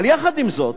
אבל יחד עם זאת,